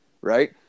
right